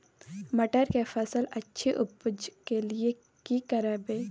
मटर के फसल अछि उपज के लिये की करबै?